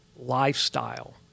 lifestyle